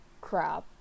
crap